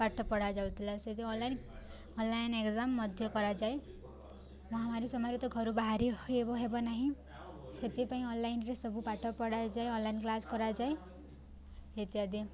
ପାଠ ପଢ଼ା ଯାଉଥିଲା ସେ ଦିନ ଅନଲାଇନ୍ ଅନଲାଇନ୍ ଏକ୍ଜାମ୍ ମଧ୍ୟ କରାଯାଏ ମହାମାରୀ ସମୟରେ ତ ଘରୁ ବାହାରି ହେବ ନାହିଁ ସେଥିପାଇଁ ଅନଲାଇନ୍ରେ ସବୁ ପାଠ ପଢ଼ାଯାଏ ଅନଲାଇନ୍ କ୍ଲାସ୍ କରାଯାଏ ଇତ୍ୟାଦି